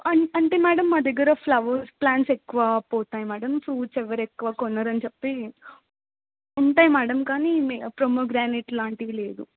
అ అంటే మేడం మా దగ్గర ఫ్లవర్స్ ప్లాంట్స్ ఎక్కువ పోతాయి మేడం ఫ్రూట్స్ ఎవరు ఎక్కువ కొనరని చెప్పి ఉంటాయి మేడం కానీ ప్రొమోగ్రానైట్ లాంటివి లేదు